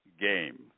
game